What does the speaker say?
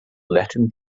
latin